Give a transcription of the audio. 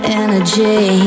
energy